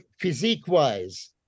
physique-wise